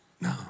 No